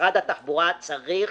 משרד התחבורה צריך